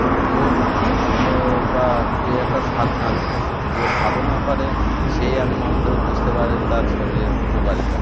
যোগ বা এ একটা সাধনা জিনিস যে সাধনা করে সেই একমাত্র বুঝতে পারে তার শরীরের উপকারিতা